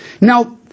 Now